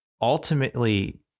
ultimately